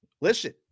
listen